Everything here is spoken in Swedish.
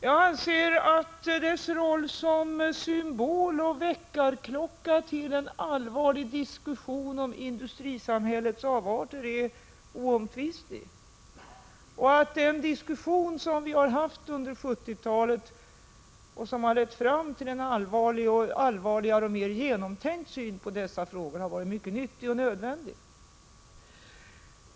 Jag anser att kärnkraftens roll som symbol för och väckarklocka till en allvarlig diskussion om industrisamhällets avarter är oomtvistlig. Den diskussion som vi har haft under 1970-talet och som har lett fram till en allvarligare och mer genomtänkt syn på dessa frågor har varit mycket nyttig och nödvändig.